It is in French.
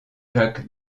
jacques